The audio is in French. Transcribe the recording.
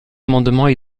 amendements